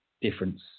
difference